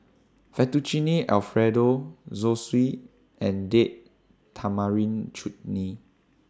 Fettuccine Alfredo Zosui and Date Tamarind Chutney